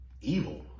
evil